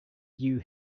you